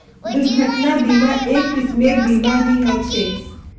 दुर्घटना बीमा, एक किस्मेर बीमा ही ह छे